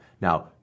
Now